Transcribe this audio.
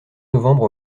novembre